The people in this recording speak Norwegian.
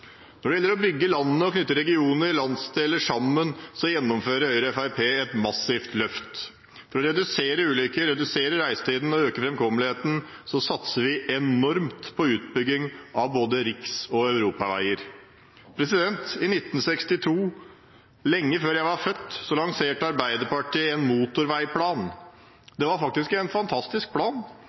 Når det gjelder å bygge landet og knytte regioner og landsdeler sammen, gjennomfører Høyre og Fremskrittspartiet et massivt løft. For å redusere antall ulykker, redusere reisetiden og øke framkommeligheten satser vi enormt på utbygging av både riks- og europaveier. I 1962, lenge før jeg var født, lanserte Arbeiderpartiet en motorveiplan. Det var faktisk en fantastisk plan.